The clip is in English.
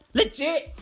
Legit